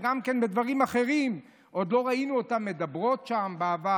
שגם בדברים אחרים עוד לא ראינו אותן מדברות שם בעבר,